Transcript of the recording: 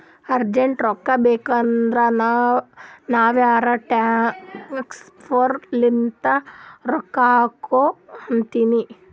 urgent ರೊಕ್ಕಾ ಬೇಕಾಗಿತ್ತಂದ್ರ ನಾ ವೈರ್ ಟ್ರಾನ್ಸಫರ್ ಲಿಂತೆ ರೊಕ್ಕಾ ಹಾಕು ಅಂತಿನಿ